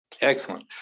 Excellent